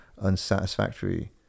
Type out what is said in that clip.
unsatisfactory